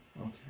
Okay